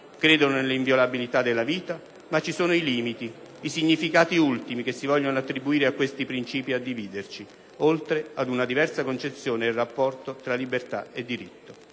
credono nell'inviolabilità della vita, ma sono i limiti, i significati ultimi che si vogliono attribuire a questi principi a dividerci, oltre ad una diversa concezione del rapporto tra libertà e diritto.